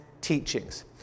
teachings